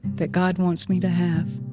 that god wants me to have.